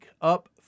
up